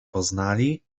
poznali